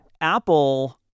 Apple